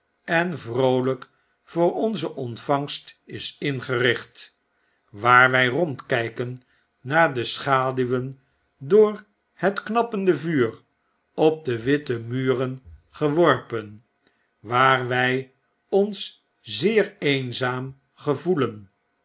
en vroolyk voor onze ontvangst is ingericht waar wy rondkyken naar de schaduwen door het knappende vuur op de witte muren geworpen waar wij ons zeer eenzaam gevoelen